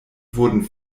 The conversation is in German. wurden